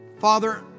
Father